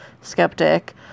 skeptic